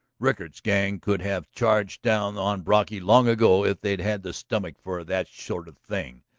rickard's gang could have charged down on brocky long ago if they'd had the stomach for that sort of thing.